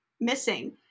missing